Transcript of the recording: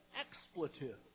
expletive